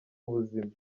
ubuzima